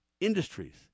industries